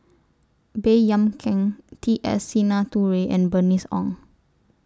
Baey Yam Keng T S Sinnathuray and Bernice Ong